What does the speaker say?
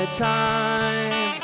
time